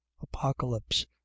apocalypse